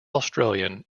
australian